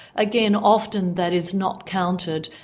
again, often that is not counted,